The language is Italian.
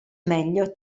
meglio